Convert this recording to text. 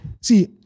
See